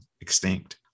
extinct